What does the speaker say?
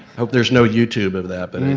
hope there's no youtube of that. but